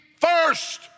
first